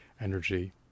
energy